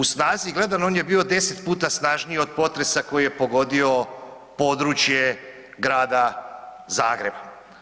U snazi gledano on je bio 10 puta snažniji od potresa koji je pogodio područje Grada Zagreba.